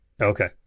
Okay